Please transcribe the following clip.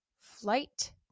flight